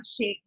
shake